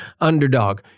underdog